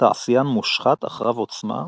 תעשיין מושחת אך רב עוצמה,